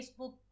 Facebook